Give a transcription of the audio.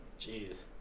Jeez